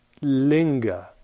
linger